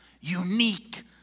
unique